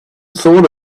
thought